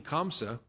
Kamsa